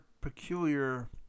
peculiar